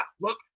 look